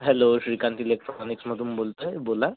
hello Shrikant इलेक्ट्रॉनिक्समधून बोलतो आहे बोला